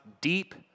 deep